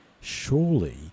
surely